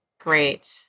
Great